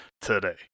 today